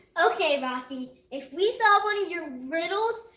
okay rocky, if we solve one of your riddles,